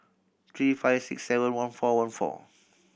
three five six seven one four one four